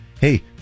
Hey